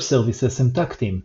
Web Services הם טקטיים.